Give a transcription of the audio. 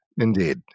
Indeed